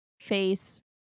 face